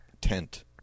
Tent